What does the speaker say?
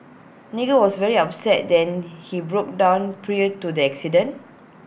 Nigel was very upset then and he broke down prior to the accident